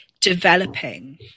developing